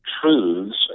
truths